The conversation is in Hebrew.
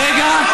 רגע.